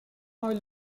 oil